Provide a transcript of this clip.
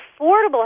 affordable